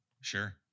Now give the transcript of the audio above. Sure